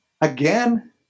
again